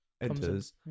enters